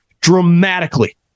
dramatically